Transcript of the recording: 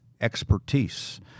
expertise